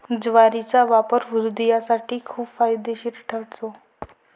ज्वारीचा वापर हृदयासाठी खूप फायदेशीर ठरतो